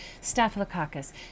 staphylococcus